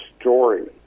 story